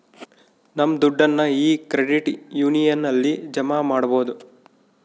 ನಮ್ ದುಡ್ಡನ್ನ ಈ ಕ್ರೆಡಿಟ್ ಯೂನಿಯನ್ ಅಲ್ಲಿ ಜಮಾ ಮಾಡ್ಬೋದು